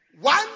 One